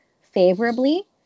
favorably